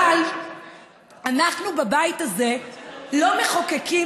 אבל אנחנו בבית הזה לא מחוקקים,